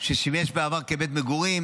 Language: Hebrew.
ששימש בעבר כבית מגורים